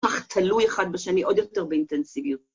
‫כך תלוי אחד בשני ‫עוד יותר באינטנסיביות.